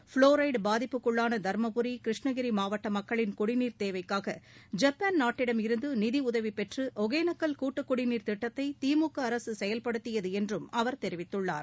fluoride பாதிப்புக்குள்ளான தருமபுரி கிருஷ்ணகிரி மாவட்ட மக்களின் குடிநீர் தேவைக்கூக ஜப்பான் நாட்டிடமிருந்து நிதியுதவி பெற்று ஒக்கனேக்கல் கூட்டுக்குடிநீர் திட்டத்தை திமுக அரசு செயல்படுத்தியது என்றும் அவர் தெரிவித்தார்